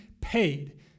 paid